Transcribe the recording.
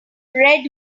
red